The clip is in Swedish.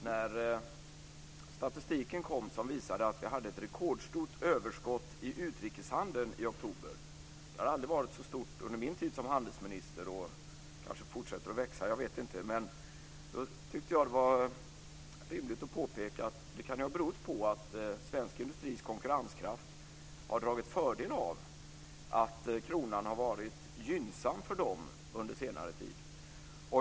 När statistiken kom som visade att vi hade ett rekordstort överskott i utrikeshandeln i oktober - det har aldrig varit så stort under min tid som handelsminister, och det kanske fortsätter att växa - tyckte jag att det var rimligt att påpeka att det kan ha berott på att svensk industris konkurrenskraft har dragit fördel av att kronan har varit gynnsam för dem under senare tid.